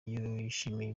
yishimiye